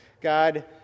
God